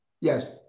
Yes